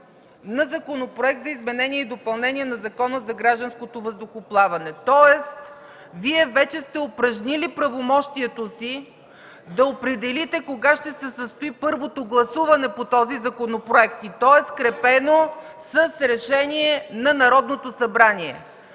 на Законопроект за изменение и допълнение на Закона за гражданското въздухоплаване”. Тоест Вие вече сте упражнили правомощието си да определите кога ще се състои първото гласуване по този законопроект и то е скрепено с решение на Народното събрание.